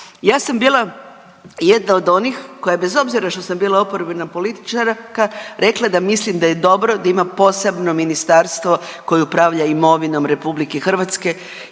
Ja sam bila jedna od onih koja bez obzira što sam bila oporbena političarka rekla da mislim da je dobro da ima posebno ministarstvo koje upravlja imovinom RH jel Danice,